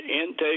Intake